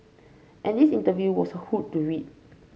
and this interview was a hoot to read